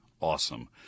awesome